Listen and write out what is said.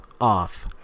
off